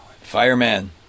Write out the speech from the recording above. Fireman